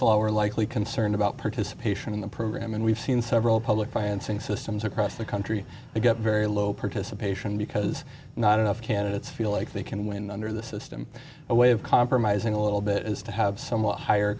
the lower likely concerned about participation in the program and we've seen several public financing systems across the country to get very low participation because not enough candidates feel like they can win under the system a way of compromising a little bit is to have somewhat higher